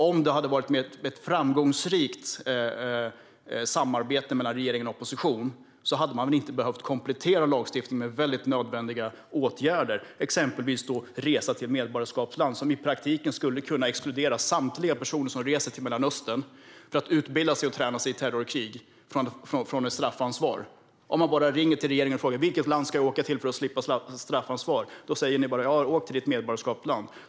Om det hade varit ett framgångsrikt samarbete mellan regering och opposition hade man inte behövt komplettera lagstiftningen med väldigt nödvändiga åtgärder. Det gäller exempelvis resa till medborgarskapsland. I praktiken skulle man kunna exkludera samtliga personer som reser till Mellanöstern för att utbilda sig och träna sig i terrorkrig från straffansvar. Man kan bara ringa till regeringen och fråga: Vilket land ska jag åka till för att slippa straffansvar? Då säger ni bara: Åk till ditt medborgarskapsland!